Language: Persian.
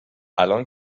الان